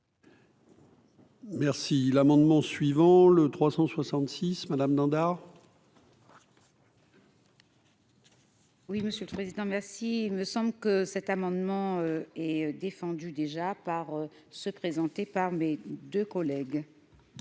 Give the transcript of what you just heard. Merci l'amendement suivant le 366 Madame Dindar. Oui, monsieur le président merci, il me semble que cet amendement est défendu déjà par ceux présentés par mes deux collègues.